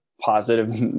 positive